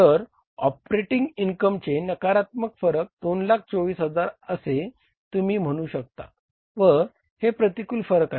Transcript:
तर ऑपरेटिंग इनकमचे नकारात्मक फरक 224000 असे तुम्ही म्हणू शकता व हे प्रतिकूल फरक आहे